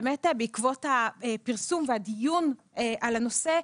בעקבות הפרסום והדיון על הנושא,